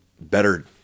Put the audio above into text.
Better